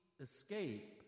escape